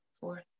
fourth